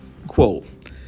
Quote